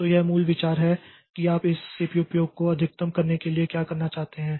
तो यह मूल विचार है कि आप इस सीपीयू उपयोग को अधिकतम करने के लिए क्या करना चाहते हैं